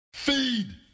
Feed